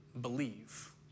believe